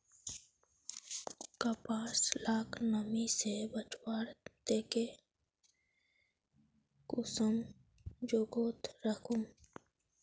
कपास लाक नमी से बचवार केते कुंसम जोगोत राखुम?